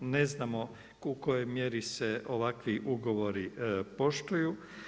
Ne znamo u kojoj mjeri se ovakvi ugovori poštuju.